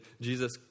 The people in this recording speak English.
Jesus